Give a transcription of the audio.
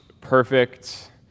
perfect